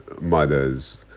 mothers